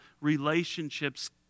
relationships